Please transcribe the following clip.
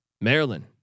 Maryland